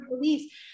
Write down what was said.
beliefs